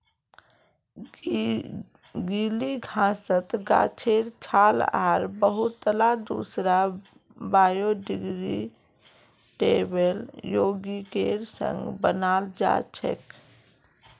गीली घासक गाछेर छाल आर बहुतला दूसरा बायोडिग्रेडेबल यौगिकेर संग बनाल जा छेक